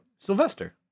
Sylvester